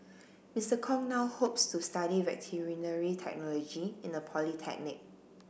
Mister Kong now hopes to study veterinary technology in a polytechnic